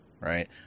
right